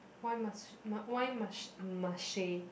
why must why must Marche